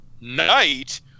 knight